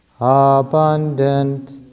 abundant